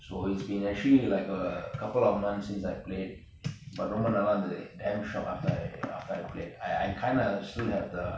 so it's been actually like a couple of months since I played exactly but ரொம்ப நல்லா இருந்தது:romba nallaa irunthathu damn shocked after I after I played I I kind of still have the